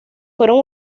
fueron